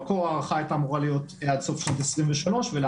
הארכה הייתה אמורה להיות עד סוף שנת 2023. הארכה,